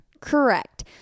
Correct